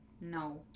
no